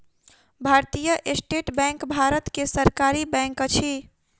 भारतीय state bank Bharat के सरकारी बैंक अछि